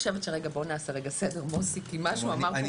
בואו נעשה פה רגע סדר כי מה שהוא אמר פה